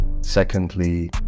Secondly